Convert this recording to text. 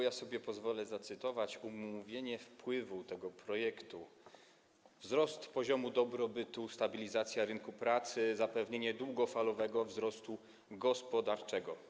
Ja pozwolę sobie zacytować omówienie wpływu tego projektu: wzrost poziomu dobrobytu, stabilizacja rynku pracy, zapewnienie długofalowego wzrostu gospodarczego.